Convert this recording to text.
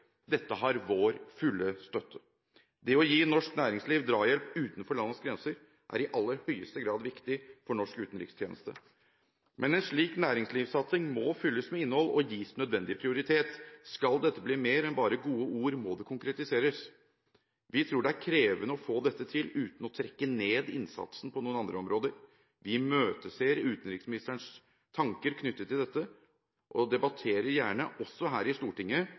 Dette har vår fulle støtte. Det å gi norsk næringsliv drahjelp utenfor landets grenser er i aller høyeste grad viktig for norsk utenrikstjeneste. Men en slik næringslivssatsing må fylles med innhold og gis nødvendig prioritet. Skal dette bli mer enn bare gode ord, må det konkretiseres. Vi tror det er krevende å få dette til uten å trekke ned innsatsen på noen andre områder. Vi imøteser utenriksministerens tanker knyttet til dette, og debatterer gjerne også her i Stortinget